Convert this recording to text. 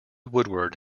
woodward